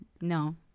no